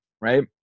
right